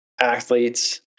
athletes